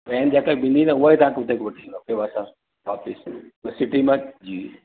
train जिते बीहंदी त उहेई बि तव्हांखे उते वठी ईंदव हूअ सिटी में जी